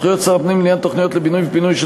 סמכויות שר הפנים לעניין תוכניות לבינוי ופינוי של